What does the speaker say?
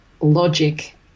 logic